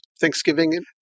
Thanksgiving